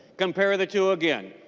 compare that to again.